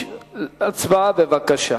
הצבעה, בבקשה.